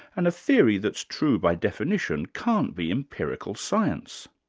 and a theory that's true by definition, can't be empirical science.